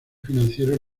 financieros